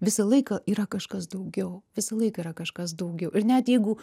visą laiką yra kažkas daugiau visą laiką yra kažkas daugiau ir net jeigu